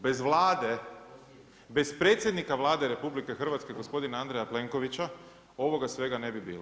Bez Vlade, bez predsjednik Vlade RH gospodina Andreja Plenkovića, ovoga svega ne bi bilo.